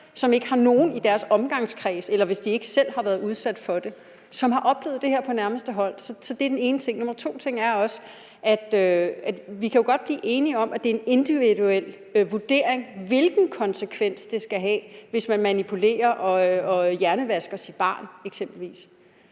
som ikke har nogen i deres omgangskreds, hvis de ikke selv har været udsat for det, som ikke har oplevet det her på nærmeste hold. Så det er den ene ting. Den anden ting er også, at vi godt kan blive enige om, at det er op til en individuel vurdering, hvilken konsekvens det skal have, hvis man eksempelvis manipulerer og hjernevasker sit barn. Men mener